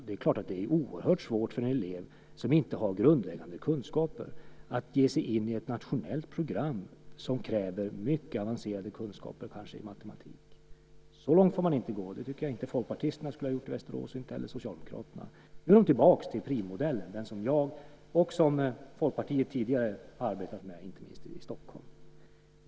Det är klart att det är oerhört svårt för en elev som inte har grundläggande kunskaper att ge sig in i ett nationellt program som kräver mycket avancerade kunskaper i kanske matematik. Så långt får man inte gå. Det tycker jag inte att folkpartisterna i Västerås skulle ha gjort och inte heller socialdemokraterna. Nu är de tillbaka i PRIV-modellen, den som jag och Folkpartiet tidigare har arbetat med, inte minst i Stockholm.